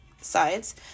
sides